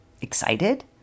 excited